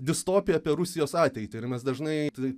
distopija apie rusijos ateitį ir mes dažnai tai